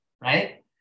Right